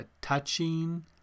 touching